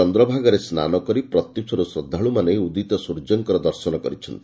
ଚନ୍ଦ୍ରଭାଗାରେ ସ୍ନାନ କରି ପ୍ରତ୍ୟୁଷରୁ ଶ୍ରଦ୍ବାଳୁମାନେ ଉଦିତ ସ୍ୱର୍ଯ୍ୟଙ୍କର ଦର୍ଶନ କରିଛନ୍ତି